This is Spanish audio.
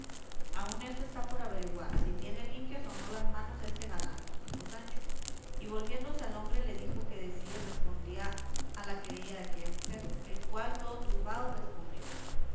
aun eso está por averiguar si tiene limpias o no las manos este galán dijo sancho y volviéndose al hombre le dijo qué decía y respondía a la querella de aquella mujer el cual todo turbado respondió